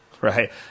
right